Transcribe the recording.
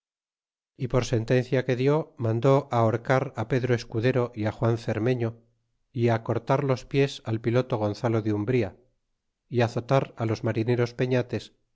y por sentencia que dió mandó ahorcar al pedro escudero y juan cerrneño y cortar los pies al piloto gonzalo de umbría y azotar los marineros patates